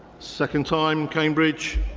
second time, cambridge?